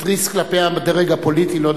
התריס כלפי הדרג הפוליטי לא,